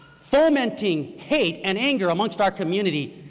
fomenting hate and anger amongst our community,